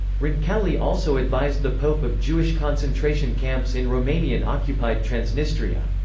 roncalli also advised the pope of jewish concentration camps in romanian occupied transnistria.